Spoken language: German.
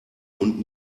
und